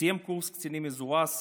סיים קורס קצינים מזורז,